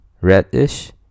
reddish